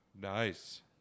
Nice